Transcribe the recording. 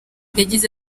yagize